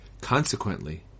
Consequently